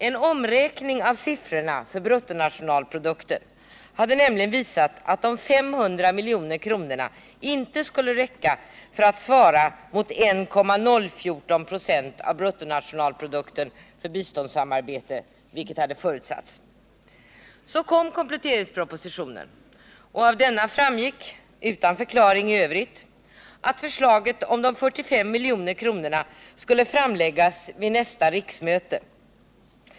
En omräkning av siffrorna för bruttonationalprodukten hade nämligen visat att de 500 miljonerna inte skulle räcka för att svara mot 1,014 26 av bruttonationalprodukten för biståndssamarbete, vilket hade förutsatts. Så framlades kompletteringspropositionen, och av denna framgick — utan förklaring — att förslaget om de 45 miljonerna skulle framläggas vid nästa riksmöte.